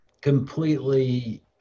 completely